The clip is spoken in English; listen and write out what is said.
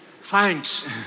thanks